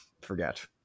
forget